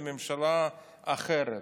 לממשלה אחרת.